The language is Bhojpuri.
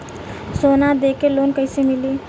सोना दे के लोन कैसे मिली?